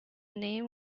name